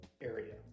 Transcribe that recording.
area